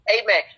Amen